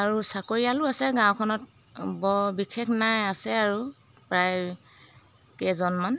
আৰু চাকৰিয়ালো আছে গাঁওখনত বৰ বিশেষ নাই আছে আৰু প্ৰায় কেইজনমান